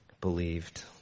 believed